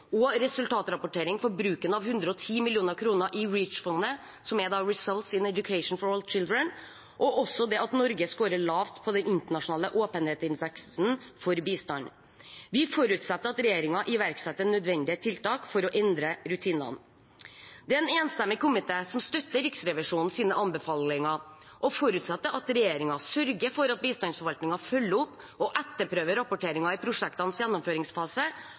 og resultatrapportering for bruken av 110 mill. kr i REACH-fondet, Results in Education for All Children, og også at Norge scorer lavt på den internasjonale åpenhetsindeksen for bistand. Vi forutsetter at regjeringen iverksetter nødvendige tiltak for å endre rutinene. Det er en enstemmig komité som støtter Riksrevisjonens anbefalinger, og komiteen forutsetter at regjeringen sørger for at bistandsforvaltningen følger opp og etterprøver rapporteringen i prosjektenes gjennomføringsfase